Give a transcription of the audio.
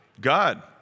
God